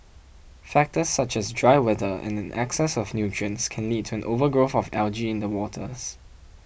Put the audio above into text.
factors such as dry weather and an excess of nutrients can lead to an overgrowth of algae in the waters